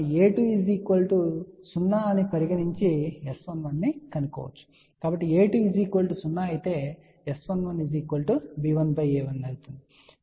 కాబట్టి మనం a2 0 అని పరిగణించి S11 ను కనుగొనవచ్చు